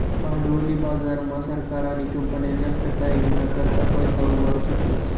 भांडवली बाजार मा सरकार आणि कंपन्या जास्त टाईमना करता पैसा उभारु शकतस